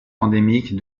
endémique